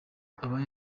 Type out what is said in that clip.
aba